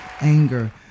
Anger